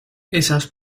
esas